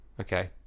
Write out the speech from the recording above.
Okay